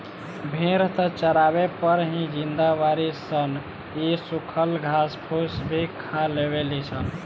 भेड़ त चारवे पर ही जिंदा बाड़ी सन इ सुखल घास फूस भी खा लेवे ली सन